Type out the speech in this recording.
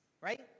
right